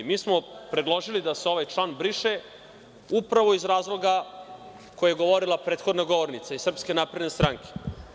Mi smo predložili da se ovaj član briše upravo iz razloga koje je govorila prethodna govornica iz SNS.